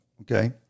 Okay